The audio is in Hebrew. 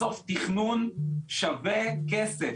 בסוף תכנון שווה כסף.